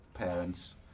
Parents